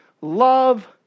love